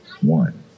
one